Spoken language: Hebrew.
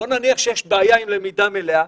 בואו נניח שיש בעיה עם למידה מלאה,